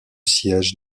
siège